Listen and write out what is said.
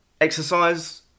Exercise